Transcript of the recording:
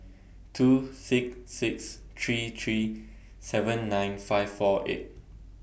two six six three three seven nine five four eight